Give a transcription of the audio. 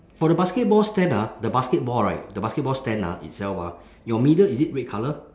for the basketball stand ah the basketball right the basketball stand ah itself ah your middle is it red colour